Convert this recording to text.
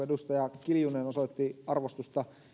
edustaja kiljunen osoitti arvostusta